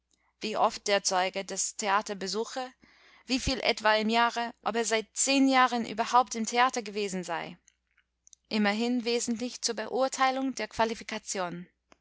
wie oft der zeuge das theater besuche wievielmal etwa im jahre ob er seit zehn jahren überhaupt im theater gewesen sei immerhin wesentlich zur beurteilung der qualifikation